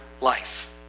life